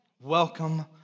Welcome